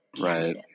Right